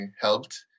helped